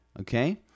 okay